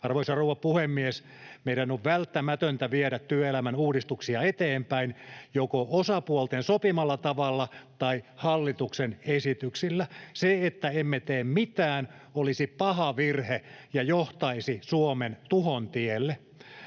Arvoisa rouva puhemies! Meidän on välttämätöntä viedä työelämän uudistuksia eteenpäin joko osapuolten sopimalla tavalla tai hallituksen esityksillä. Se, että emme tee mitään, olisi paha virhe ja johtaisi Suomen tuhon tielle.